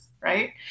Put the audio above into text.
right